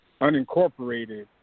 unincorporated